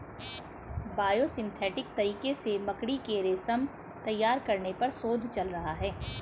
biosynthetic तरीके से मकड़ी के रेशम तैयार करने पर शोध चल रहा है